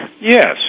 Yes